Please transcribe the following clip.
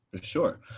Sure